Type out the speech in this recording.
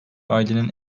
ailenin